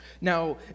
Now